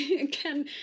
again